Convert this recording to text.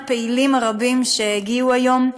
הפעילים הרבים שהגיעו היום,